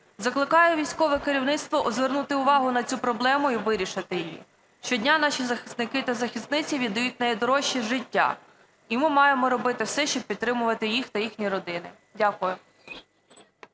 Закликаю військове керівництво звернути увагу на цю проблему і вирішити її. Щодня наші захисники і захисниці віддають найдорожче – життя, і ми маємо робити все, щоб підтримувати їх та їхні родини. Дякую.